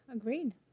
Agreed